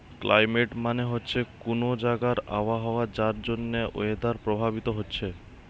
climate মানে হচ্ছে কুনো জাগার আবহাওয়া যার জন্যে ওয়েদার প্রভাবিত হচ্ছে